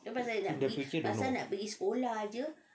the future